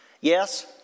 yes